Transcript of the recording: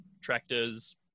tractors